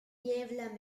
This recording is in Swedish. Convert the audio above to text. jävla